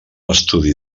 estudi